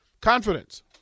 confidence